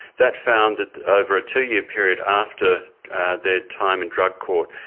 that found that over a two-year period after their time in drug court,